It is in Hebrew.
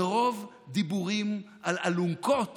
מרוב דיבורים על אלונקות